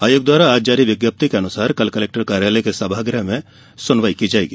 आयोग द्वारा आज जारी विज्ञप्ति के अनुसार कल कलेक्टर कार्यालय के सभागृह में सुनवाई की जायेगी